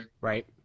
right